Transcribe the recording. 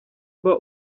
mba